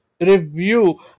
review